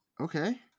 okay